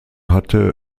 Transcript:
hatte